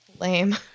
lame